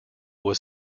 was